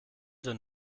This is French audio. doit